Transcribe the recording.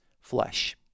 flesh